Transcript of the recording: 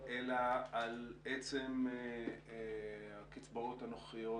אלא על עצם הקצבאות הנוכחיות